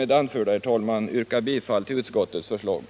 Med det anförda ber jag att få yrka bifall till utskottets hemställan.